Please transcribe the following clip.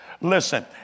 listen